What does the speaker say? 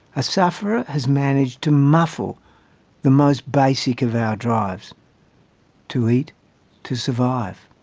a sufferer has managed to muffle the most basic of our drives to eat to survive.